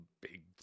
big